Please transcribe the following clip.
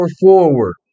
forward